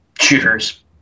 shooters